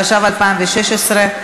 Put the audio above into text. התשע"ו 2016,